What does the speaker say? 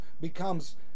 becomes